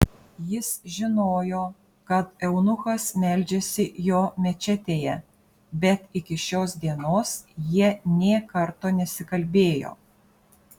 jis žinojo kad eunuchas meldžiasi jo mečetėje bet iki šios dienos jie nė karto nesikalbėjo